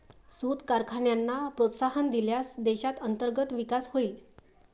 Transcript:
सूत कारखान्यांना प्रोत्साहन दिल्यास देशात अंतर्गत विकास होईल